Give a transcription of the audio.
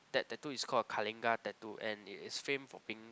that tattoo is called a Kalinga tattoo and it is famed for being